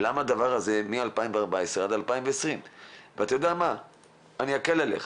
למה הדבר הזה מ-2014 עד 2020. ואני אקל עליך.